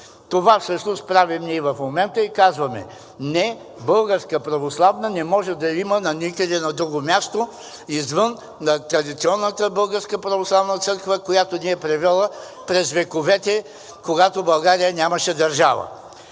Това всъщност правим ние в момента и казваме, не, Българска православна не може да има никъде на друго място извън традиционната Българска православна църква, която ни е превела през вековете, когато България нямаше държава.